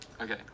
Okay